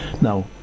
Now